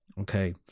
Okay